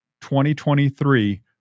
2023